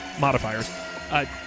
modifiers